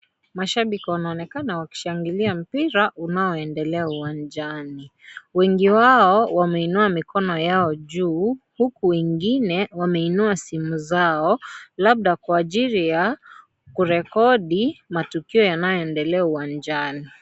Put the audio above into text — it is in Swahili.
Mashabiki wanaoneka wakishangilia mpira unaoendelea uwanjani. Wengi wao wameinua mikono yao juu huku wengine wameinua simu zao labda kwa ajiri ya kurekodi matukio yanayoendelea uwanjani.